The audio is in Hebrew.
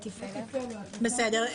בסדר.